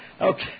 Okay